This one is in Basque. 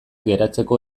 geratzeko